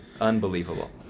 Unbelievable